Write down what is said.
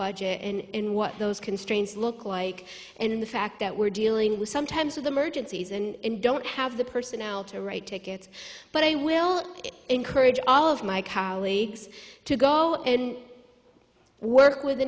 budget and what those constraints look like and the fact that we're dealing with sometimes of them urgencies and don't have the personnel to write tickets but i will encourage all of my colleagues to go and work with